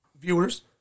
viewers